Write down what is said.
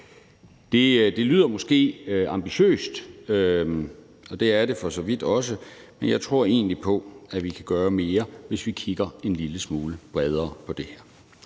Det lyder måske ambitiøst, og det er det for så vidt også, men jeg tror egentlig på, at vi kan gøre mere, hvis vi kigger en lille smule bredere på det her.